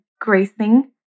gracing